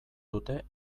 dute